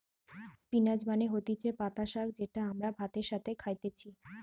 spinach মানে হতিছে পাতা শাক যেটা আমরা ভাতের সাথে খাইতেছি